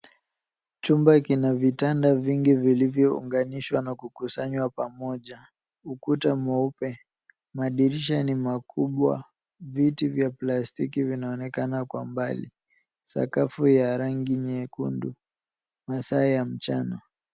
Chumba kina vitanda vingi vilivyounganishwa na kukusanywa pamoja. Ukuta mweupe. Madirisha ni makubwa. Viti vya plastiki vinaonekana kwa mbali. Sakafu ya rangi nyekundu. Masaa ya mchana.